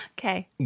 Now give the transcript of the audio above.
Okay